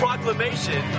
Proclamation